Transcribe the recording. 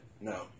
No